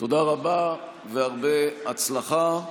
תודה רבה והרבה הצלחה.